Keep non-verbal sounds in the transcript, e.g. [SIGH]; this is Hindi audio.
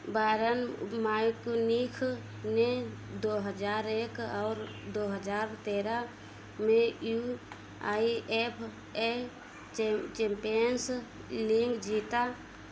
बायरन [UNINTELLIGIBLE] ने दो हज़ार एक और दो हजार तेरह में यू आई एफ ए चै चैंपियंस लिंग जीता